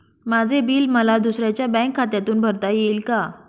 माझे बिल मला दुसऱ्यांच्या बँक खात्यातून भरता येईल का?